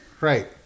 Right